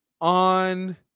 on